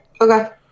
Okay